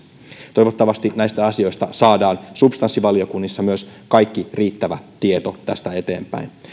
toivottavasti näistä asioista saadaan substanssivaliokunnissa kaikki riittävä tieto tästä eteenpäin